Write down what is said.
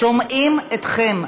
שומעים אתכם,